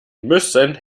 müssen